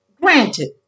Granted